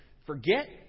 Forget